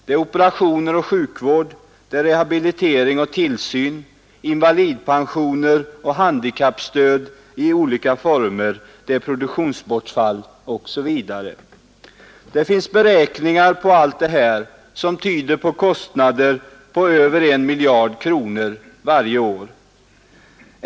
Det är operationer och sjukvård, rehabilitering och tillsyn, invalidpensioner och handikappstöd i olika former, produktionsbortfall osv. Det finns beräkningar på allt det här som tyder på kostnader på över 1 miljard kronor varje år.